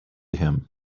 him